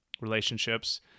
relationships